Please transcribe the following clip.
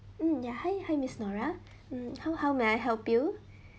mm ya hi hi miss nora mm how how may I help you